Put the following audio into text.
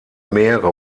meere